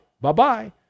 bye-bye